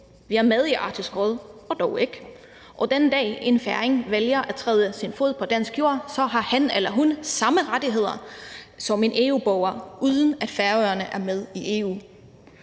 Vi er med i Arktisk Råd – og dog ikke. Og den dag, en færing vælger at sætte sin fod på dansk jord, har han eller hun samme rettigheder som en EU-borger, uden at Færøerne er med i EU,